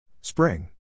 Spring